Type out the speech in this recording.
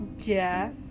Jeff